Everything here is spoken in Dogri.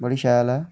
बड़ी शैल ऐ